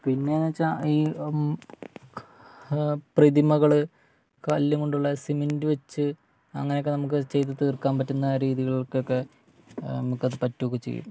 പിന്നെയെന്നു വച്ചാൽ ഈ പ്രതിമകൾ കല്ലുകൊണ്ടുള്ള സിമെൻ്റ് വച്ച് അങ്ങനെയൊക്കെ നമുക്ക് ചെയ്തു തീർക്കാൻ പറ്റുന്ന രീതികൾക്കൊക്കെ നമുക്കത് പറ്റുകയൊക്കെ ചെയ്യും